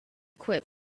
quit